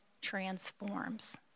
transforms